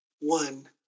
one